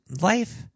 life